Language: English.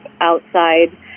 outside